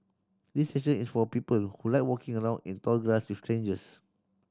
this session is for people who like walking around in tall grass with strangers